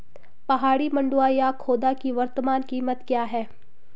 पहाड़ी मंडुवा या खोदा की वर्तमान कीमत क्या है?